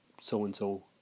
so-and-so